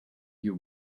you